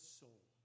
soul